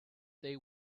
they